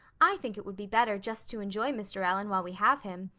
i think it would be better just to enjoy mr. allan while we have him.